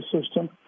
system